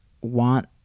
want